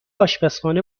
آشپزخانه